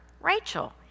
Rachel